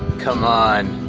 come on.